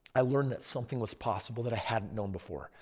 i learned that something was possible that i hadn't known before.